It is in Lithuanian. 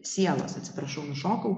sielos atsiprašau nušokau